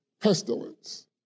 pestilence